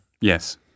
Yes